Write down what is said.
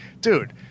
Dude